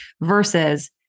versus